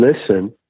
listen